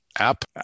app